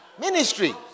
Ministry